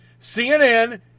CNN